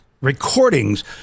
recordings